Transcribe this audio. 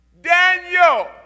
Daniel